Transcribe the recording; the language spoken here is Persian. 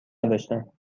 نداشتم